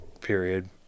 period